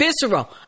Visceral